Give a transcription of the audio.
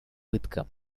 пыткам